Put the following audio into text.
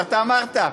אמרת, אמרת.